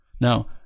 Now